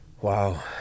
Wow